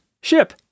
Ship